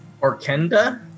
Orkenda